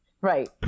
Right